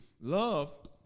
Love